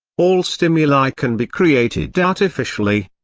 all stimuli can be created artificially.